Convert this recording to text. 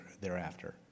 thereafter